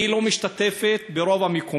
והיא לא משתתפת, ברוב המקומות,